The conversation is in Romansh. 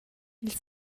ils